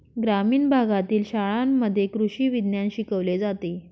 ग्रामीण भागातील शाळांमध्ये कृषी विज्ञान शिकवले जाते